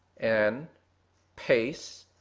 and paste,